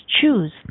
Choose